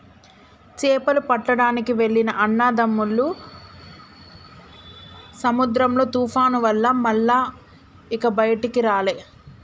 చేపలు పట్టడానికి వెళ్లిన అన్నదమ్ములు సముద్రంలో తుఫాను వల్ల మల్ల ఇక బయటికి రాలే